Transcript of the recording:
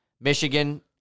Michigan